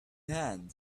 hand